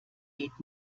geht